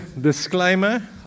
disclaimer